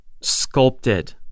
sculpted